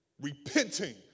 repenting